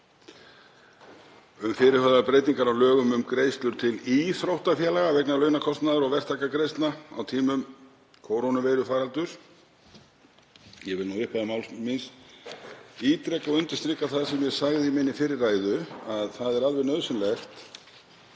um fyrirhugaðar breytingar á lögum um greiðslur til íþróttafélaga vegna launakostnaðar og verktakagreiðslna á tímum kórónuveirufaraldurs. Ég vil í upphafi máls míns ítreka og undirstrika það sem ég sagði í minni fyrri ræðu að það er alveg nauðsynlegt